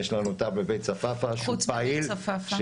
יש לנו תא בבית צפאפא שפעיל ועובד.